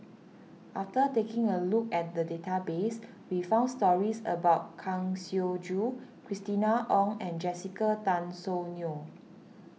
after taking a look at the database we found stories about Kang Siong Joo Christina Ong and Jessica Tan Soon Neo